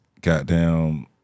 Goddamn